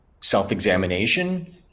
self-examination